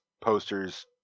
posters